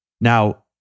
Now